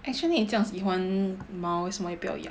actually 你这样喜欢猫为什么不要养